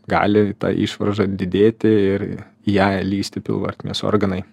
gali ta išvarža didėti ir į ją lįsti pilvo ertmės organai